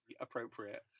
appropriate